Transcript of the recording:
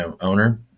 owner